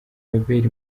robert